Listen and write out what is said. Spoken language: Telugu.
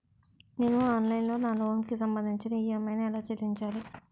నేను ఆన్లైన్ లో నా లోన్ కి సంభందించి ఈ.ఎం.ఐ ఎలా చెల్లించాలి?